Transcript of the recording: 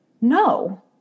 No